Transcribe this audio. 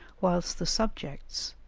whilst the subjects,